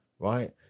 right